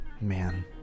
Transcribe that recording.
man